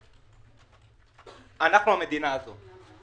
אנחנו המדינה הזאת.